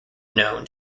known